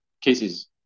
cases